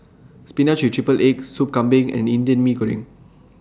Spinach with Triple Egg Sop Kambing and Indian Mee Goreng